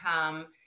come